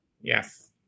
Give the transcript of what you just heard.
Yes